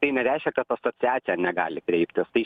tai nereiškia kad asociacija negali kreiptis tai